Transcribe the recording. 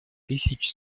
тысяч